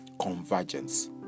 convergence